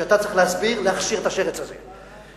שאתה צריך להכשיר את השרץ הזה,